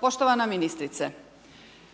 poštovana ministrice,